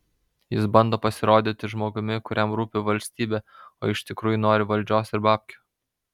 jis bando pasirodyti žmogumi kuriam rūpi valstybė o iš tikrųjų nori valdžios ir babkių